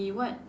he what